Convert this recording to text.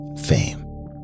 fame